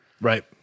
right